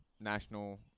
National